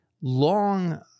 long